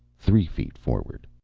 three feet forward.